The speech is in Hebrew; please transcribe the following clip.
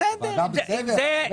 עם